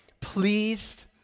pleased